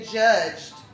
judged